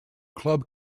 club